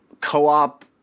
co-op